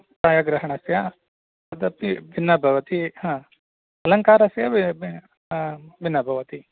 छायाग्रहणस्य तदपि भिन्नः भवति ह अलङ्कारस्य भिन्नः भवति